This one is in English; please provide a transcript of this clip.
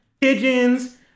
Pigeons